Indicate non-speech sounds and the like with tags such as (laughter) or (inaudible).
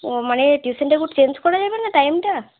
ও মানে টিউশানটা (unintelligible) চেঞ্জ করা যাবে না টাইমটা